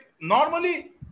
Normally